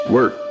Work